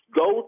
go